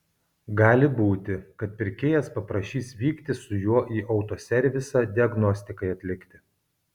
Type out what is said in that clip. gali būti kad pirkėjas paprašys vykti su juo į autoservisą diagnostikai atlikti